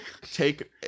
take